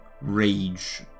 rage